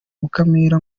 mukamira